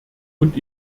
und